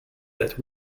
that